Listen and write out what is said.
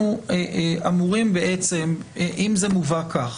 שהם סמי-כנסת,